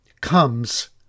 comes